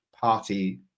party